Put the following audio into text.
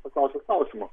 paklausėt klausimo